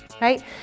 right